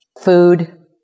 food